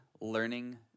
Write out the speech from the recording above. learning